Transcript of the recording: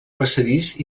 passadís